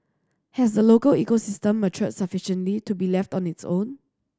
has the local ecosystem matured sufficiently to be left on its own